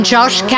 Josh